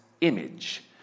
image